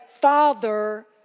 father